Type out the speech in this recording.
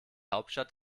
hauptstadt